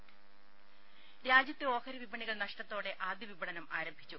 രുര രാജ്യത്തെ ഓഹരി വിപണികൾ നഷ്ടത്തോടെ ആദ്യ വിപണനം ആരംഭിച്ചു